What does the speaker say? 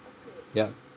yup